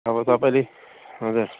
अब तपाईँले हजुर